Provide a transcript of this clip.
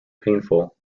painful